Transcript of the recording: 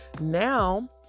now